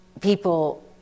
people